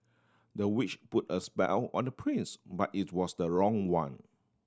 the witch put a spell on the prince but it was the wrong one